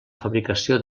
fabricació